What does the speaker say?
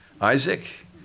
Isaac